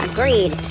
Agreed